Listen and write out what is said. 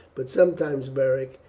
but sometimes, beric,